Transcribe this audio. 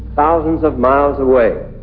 thousands of miles away,